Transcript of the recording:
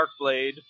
Darkblade